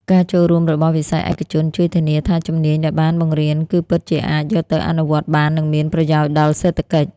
ការចូលរួមរបស់វិស័យឯកជនជួយធានាថាជំនាញដែលបានបង្រៀនគឺពិតជាអាចយកទៅអនុវត្តបាន និងមានប្រយោជន៍ដល់សេដ្ឋកិច្ច។